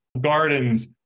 Gardens